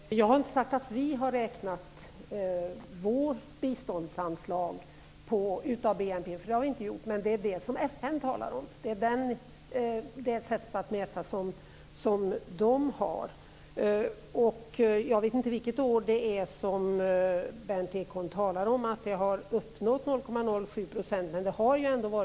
Herr talman! Jag har inte sagt att vi har räknat vårt biståndsanslag utifrån BNP. Det har vi inte gjort men det är det som FN talar om. Det är nämligen det sätt att mäta som man där har. Jag vet inte vilket år Berndt Ekholm talar om i fråga om att 0,7 % skulle ha uppnåtts.